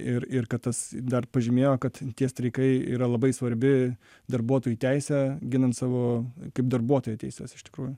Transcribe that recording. ir ir kad tas dar pažymėjo kad tie streikai yra labai svarbi darbuotojų teisė ginant savo kaip darbuotojo teises iš tikrųjų